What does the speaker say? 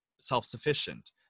self-sufficient